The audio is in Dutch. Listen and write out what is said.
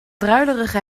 druilerige